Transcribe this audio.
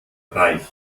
reicht